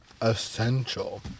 essential